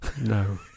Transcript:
No